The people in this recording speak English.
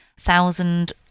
thousand